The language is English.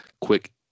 quick